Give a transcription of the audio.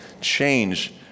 change